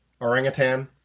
orangutan